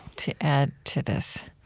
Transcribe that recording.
to add to this?